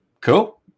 cool